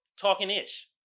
Talking-ish